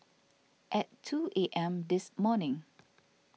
at two A M this morning